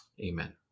Amen